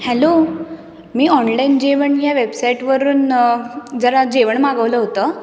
hello मी online जेवण या वेबसाईट वरून जरा जेवण मागवलं होतं